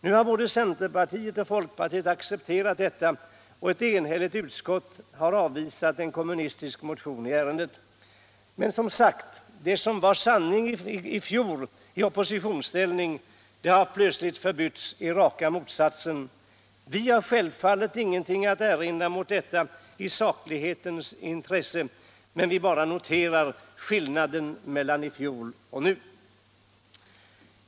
Nu har både c och fp accepterat detta och ett enhälligt utskott har avvisat en kommunistisk motion i ärendet. Men som sagt: Det som var sanning i fjol i oppositionsställning har plötsligt förbytts i raka motsatsen. Vi har självfallet inget att invända mot detta i saklighetens intresse. Vi noterar bara skillnaden mellan då och nu.